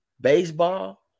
baseball